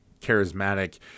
charismatic